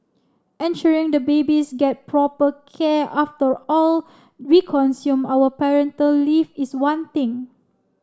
ensuring the babies get proper care after all we consume our parental leave is one thing